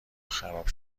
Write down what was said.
خراب